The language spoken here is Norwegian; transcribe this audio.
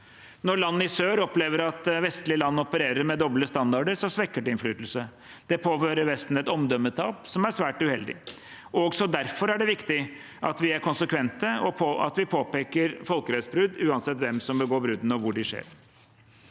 Når land i sør opplever at vestlige land opererer med doble standarder, svekker det vår innflytelse. Det påfører Vesten et omdømmetap som er svært uheldig. Også derfor er det viktig at vi er konsekvente, at vi påpeker folkerettsbrudd uansett hvem som begår bruddene, og hvor de skjer.